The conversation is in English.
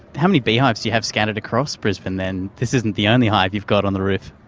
how many beehives do you have scattered across brisbane then? this isn't the only hive you've got on the roof.